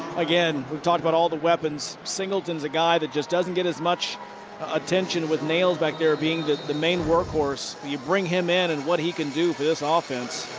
again, talk about all the weapons. singleton's a guy that just doesn't get as much attention with nails back there being the the main workforce. you bring him in. and what he can do for this offense.